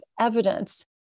evidence